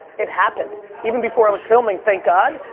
it happened even before i was filming, thank god.